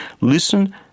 Listen